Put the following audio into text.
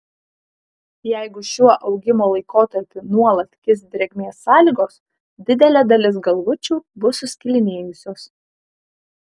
jeigu šiuo augimo laikotarpiu nuolat kis drėgmės sąlygos didelė dalis galvučių bus suskilinėjusios